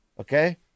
Okay